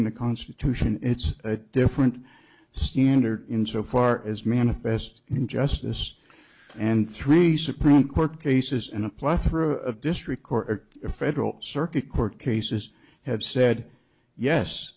in the constitution it's a different standard in so far as manifest injustice and three supreme court cases in apply through a district court in federal circuit court cases have said yes